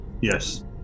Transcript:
Yes